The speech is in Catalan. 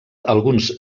alguns